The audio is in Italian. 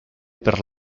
per